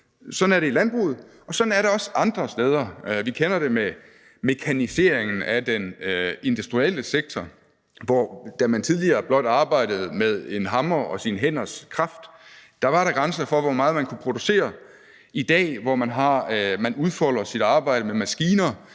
Sådan er det i landbruget, og sådan er det også andre steder. Vi kender det med mekaniseringen af den industrielle sektor, for da man tidligere blot arbejdede med en hammer og sine hænders kraft, var der grænser for, hvor meget man kunne producere. I dag, hvor man udfolder sit arbejde med maskiner,